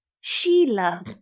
Sheila